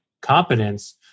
competence